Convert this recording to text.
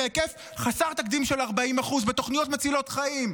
בהיקף חסר תקדים של 40% בתוכניות מצילות חיים,